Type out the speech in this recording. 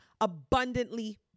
abundantly